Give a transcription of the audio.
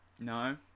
No